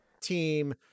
team